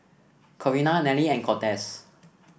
Corina Nelly and Cortez